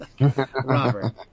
Robert